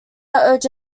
urge